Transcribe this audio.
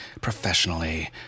professionally